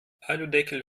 aludeckel